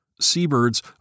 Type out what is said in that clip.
Seabirds